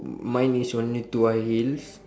mine is only two high heels